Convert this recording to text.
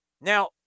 Now